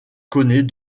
connaît